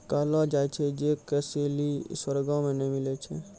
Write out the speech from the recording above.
कहलो जाय छै जे कसैली स्वर्गो मे नै मिलै छै